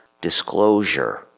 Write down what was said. disclosure